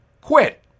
quit